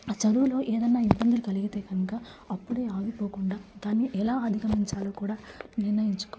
ఆ చదువులో ఏదైనా ఇబ్బందులు కలిగితే గనక అప్పుడే ఆగిపోకుండా దాన్ని ఎలా అధిగమించాలో కూడా నిర్ణయించుకో